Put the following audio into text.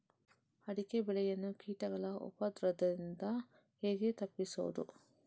ಅಡಿಕೆ ಬೆಳೆಯನ್ನು ಕೀಟಗಳ ಉಪದ್ರದಿಂದ ಹೇಗೆ ತಪ್ಪಿಸೋದು?